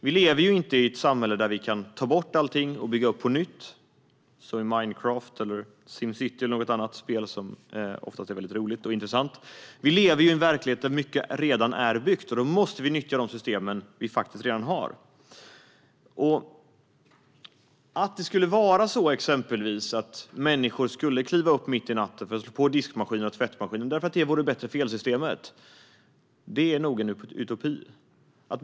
Vi lever inte i ett samhälle där vi kan ta bort allting och bygga upp på nytt, som i Minecraft, Simcity eller något annat spel som oftast är väldigt roligt och intressant. Vi lever ju i en verklighet där mycket redan är byggt, och då måste vi nyttja de system vi redan har. Att människor exempelvis skulle kliva upp mitt i natten för att slå på diskmaskinen och tvättmaskinen därför att det vore bättre för elsystemet är nog en utopi.